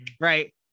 right